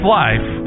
life